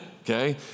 Okay